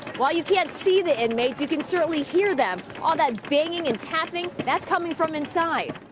while you can't see the inmates, you can certainly hear them. all that banging and tapping, that's coming from inside.